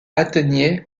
atteignait